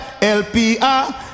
LPR